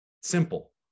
simple